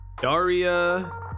Daria